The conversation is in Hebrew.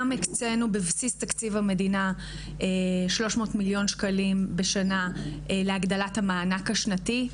גם הקצנו בבסיס תקציב המדינה 300 מיליון שקלים בשנה להגדלת המענק השנתי.